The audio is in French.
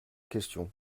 questions